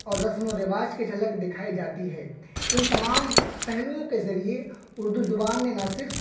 اور رسم و رواج کے جھلک دکھائی جاتی ہے ان تمام پہلوؤں کے ذریعے اردو زبان میں نہ صرف